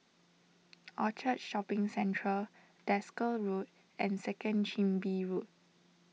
Orchard Shopping Centre Desker Road and Second Chin Bee Road